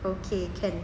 okay can